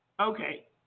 okay